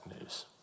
news